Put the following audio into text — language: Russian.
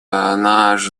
наш